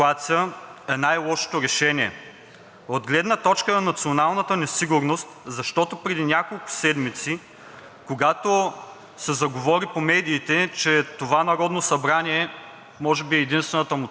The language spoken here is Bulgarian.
когато се заговори по медиите, че на това Народно събрание може би единствената му цел, която ще изпълни, е да изпрати оръжия на Украйна, българската държава стана обект на хакерски атаки.